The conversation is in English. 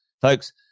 Folks